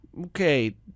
okay